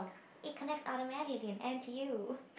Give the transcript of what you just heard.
it connects automatically in n_t_u